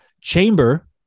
chamber